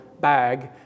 bag